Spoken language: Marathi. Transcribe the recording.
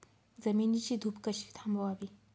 जमिनीची धूप कशी थांबवावी?